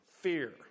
Fear